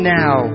now